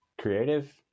creative